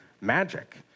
magic